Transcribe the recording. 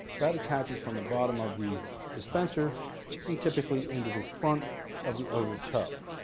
that attaches from the bottom of the dispenser and typically into the front of the outer tub.